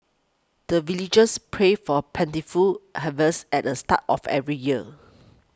the villagers pray for plentiful harvest at the start of every year